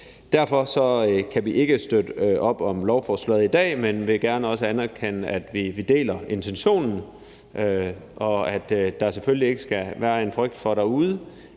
Derfor kan vi ikke støtte op om beslutningsforslaget i dag, men vi vil også gerne anerkende, at vi deler intentionen, og at der derude selvfølgelig ikke skal være en frygt for, at det